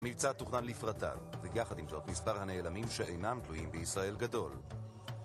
מבצע תוכנן לפרטיו, ויחד עם זאת מספר הנעלמים שאינם תלויים בישראל גדול